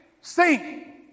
sing